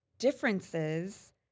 Differences